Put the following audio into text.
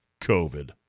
COVID